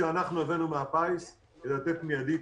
שהבאנו ממפעל הפיס כדי לתת מידית.